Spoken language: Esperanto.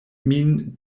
min